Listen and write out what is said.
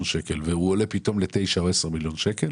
שקלים אבל הוא פתאום עולה לתשעה מיליון שקלים או לעשרה מיליון שקלים